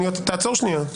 תעצור שנייה.